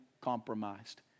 compromised